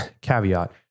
caveat